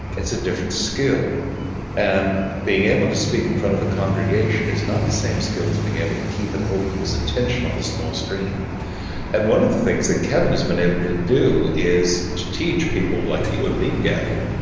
it's a different skill and being able to speak in front of a congregation is not the same skill as being able to keep and hold peoples' attention on the small screen and one of the things that kevin has been able to do is to teach people like you and me gavin,